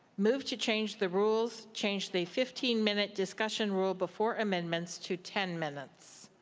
move to change the rules, change the fifteen minute discussion rule before amendments to ten minutes.